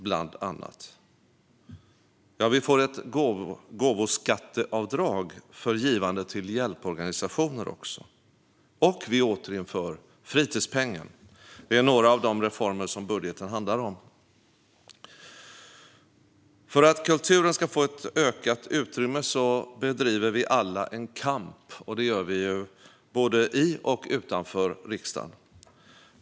Vi får också ett gåvoskatteavdrag för givande till hjälporganisationer, och vi återinför fritidspengen. Detta är några av de reformer som budgeten handlar om. För att kulturen ska få ökat utrymme bedriver vi alla en kamp, både i och utanför riksdagen.